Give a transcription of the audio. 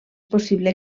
possible